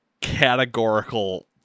categorical